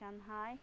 Shanghai